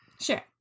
Sure